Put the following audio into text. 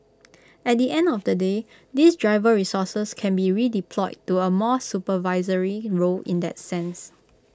at the end of the day these driver resources can be redeployed to A more supervisory role in that sense